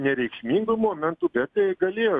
nereikšmingų momentų bet tai galėjo